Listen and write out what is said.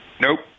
Nope